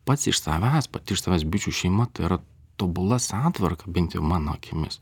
pats iš savęs pati iš savęs bičių šeima tai yra tobula santvarka bent jau mano akimis